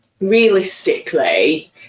realistically